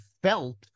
felt